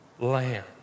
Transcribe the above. lamb